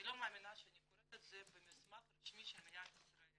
אני לא מאמינה שאני קוראת את זה ממסמך רשמי של מדינת ישראל.